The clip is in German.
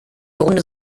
grunde